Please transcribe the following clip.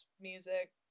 music